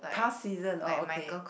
past season oh okay